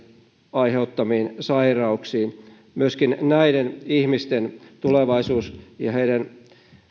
aiheuttamiin sairauksiin näiden ihmisten tulevaisuus ja heidän